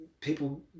people